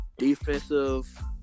Defensive